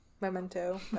memento